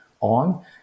on